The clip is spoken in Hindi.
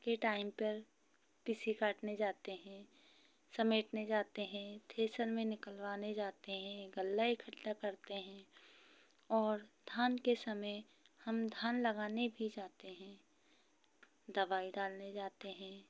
के टाइम पर कृषि काटने जाते हैं समेटने जाते हैं थ्रेसर में निकलवाने जाते हैं गल्ला इकट्ठा करते हैं और धान के समय हम धान लगाने भी जाते हैं दवाई डालने जाते हैं